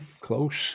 Close